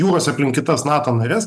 jūrose aplink kitas nato nares